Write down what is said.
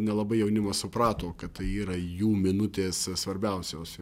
nelabai jaunimas suprato kad tai yra jų minutės svarbiausios